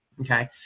okay